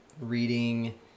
reading